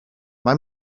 mae